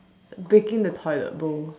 breaking the toilet bowl